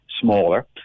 smaller